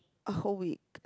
a whole week